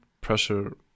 pressure